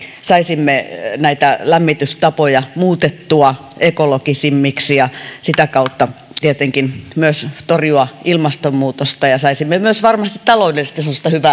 saisimme lämmitystapoja muutettua ekologisemmiksi ja sitä kautta tietenkin myös torjuttua ilmastonmuutosta ja saisimme myös varmasti taloudellisesti